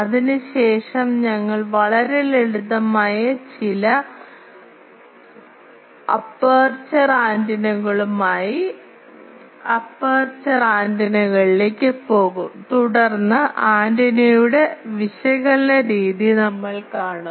അതിനുശേഷം ഞങ്ങൾ വളരെ ലളിതമായ ചില അപ്പർച്ചർ ആന്റിനകളുമായി അപ്പർച്ചർ ആന്റിനകളിലേക്ക് പോകും തുടർന്ന് ആന്റിനയുടെ വിശകലന രീതി ഞങ്ങൾ കാണും